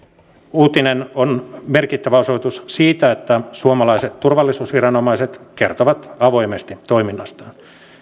uutinen on merkittävä osoitus siitä että suomalaiset turvallisuusviranomaiset kertovat avoimesti toiminnastaan